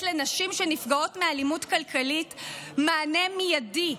לנשים שנפגעות מאלימות כלכלית מענה מיידי.